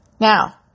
Now